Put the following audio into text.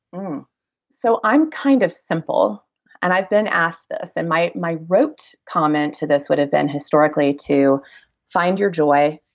um so i'm kind of simple and i've been asked this. and my my rote comment to this would have been historically to find your joy,